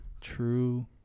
True